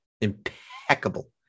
Impeccable